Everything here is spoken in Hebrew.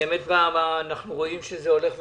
אנחנו באמת רואים שזה הולך ומחריף,